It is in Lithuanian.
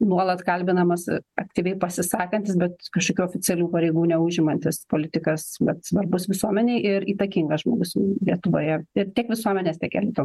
nuolat kalbinamas aktyviai pasisakantis bet kažkokių oficialių pareigų neužimantis politikas bet svarbus visuomenei ir įtakingas žmogus lietuvoje ir tiek visuomenėse tiek elito